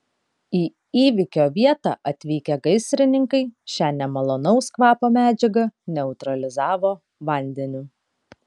į įvykio vietą atvykę gaisrininkai šią nemalonaus kvapo medžiagą neutralizavo vandeniu